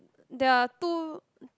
there are two